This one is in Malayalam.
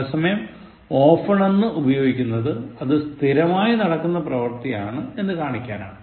അതേസമയം often എന്ന് ഉപയോഗിക്കുന്നത് അത് സ്ഥിരമായി നടക്കുന്ന പ്രവർത്തിയാണ് എന്നു കാണിക്കാനാണ്